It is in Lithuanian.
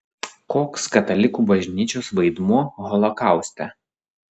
koks katalikų bažnyčios vaidmuo holokauste